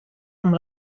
amb